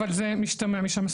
אבל זה משתמע משם,